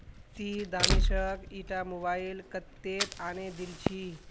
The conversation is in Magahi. ती दानिशक ईटा मोबाइल कत्तेत आने दिल छि